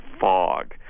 fog